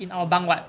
orh